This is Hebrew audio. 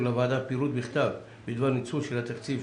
לוועדה פירוט בכתב בדבר ניצול של התקציב